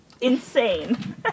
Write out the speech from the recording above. insane